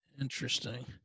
Interesting